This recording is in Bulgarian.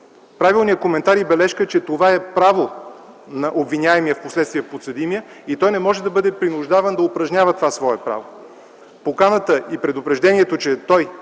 Правилният коментар и бележка, че това е право на обвиняемия, впоследствие подсъдимия, и той не може да бъде принуждаван да упражнява това свое право.